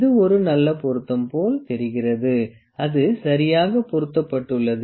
இது ஒரு நல்ல பொருத்தம் போல் தெரிகிறது அது சரியாக பொருத்தப்பட்டுள்ளது